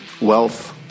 wealth